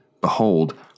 Behold